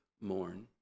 mourn